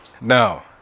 now